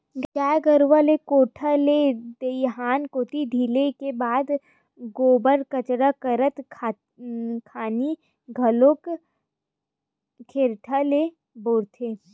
गाय गरुवा ल कोठा ले दईहान कोती ढिले के बाद गोबर कचरा करत खानी घलोक खरेटा ल बउरथे